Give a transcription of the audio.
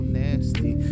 nasty